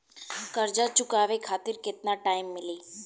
कर्जा चुकावे खातिर केतना टाइम मिली?